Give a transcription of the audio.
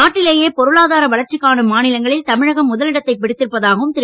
நாட்டிலேயே பொருளாதார வளர்ச்சிக் காணும் மாநிலங்களில் தமிழகம் முதலிடத்தை பிடித்திருப்பதாகவும் திரு